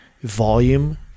Volume